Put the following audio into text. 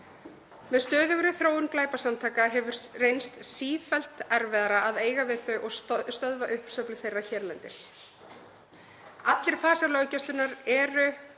Með stöðugri þróun glæpasamtaka hefur reynst sífellt erfiðara að eiga við þau og stöðva uppsveiflu þeirra hérlendis. Allir fasar löggæslunnar eru